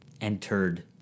entered